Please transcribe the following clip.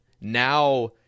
now